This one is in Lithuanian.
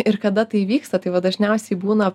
ir kada tai įvyksta tai va dažniausiai būna